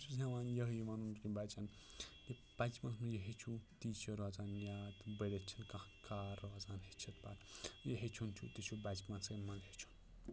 بہٕ چھُس ہٮ۪وان یِہے وَنُن کہِ بَچَن کہِ بَچپَنَس منٛز یہِ ہیٚچھِو تی چھِ روزان یاد بٔڈِتھ چھِنہٕ کانٛہہ کار روزان ہیٚچھِتھ پَتہٕ یہِ ہیٚچھُن چھُ تہِ چھُ بَچپَنسٕے منٛز ہیٚچھُن